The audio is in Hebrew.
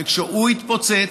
וכשהוא יתפוצץ,